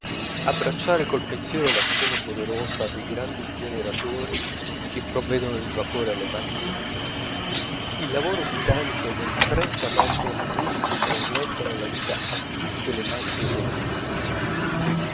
abbracciare col pensiero l'azione poderosa dei grandi generatori che provvedono il vapore alle macchine motrici il lavoro titanico delle trenta macchine motrici che trasmettono la vita a tutte le macchine dell'esposizione